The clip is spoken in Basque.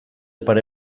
pare